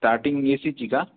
starting A सीची का